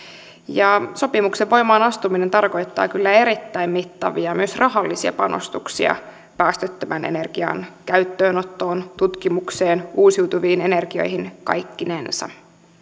ja sopimuksen voimaan astuminen tarkoittaa kyllä myös erittäin mittavia rahallisia panostuksia päästöttömän energian käyttöönottoon tutkimukseen uusiutuviin energioihin kaikkinensa